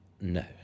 no